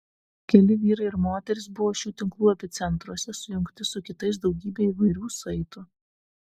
keli vyrai ir moterys buvo šių tinklų epicentruose sujungti su kitais daugybe įvairių saitų